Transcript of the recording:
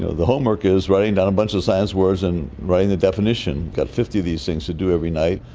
ah the homework is writing down a bunch of science words and writing the definition. they've got fifty of these things to do every night,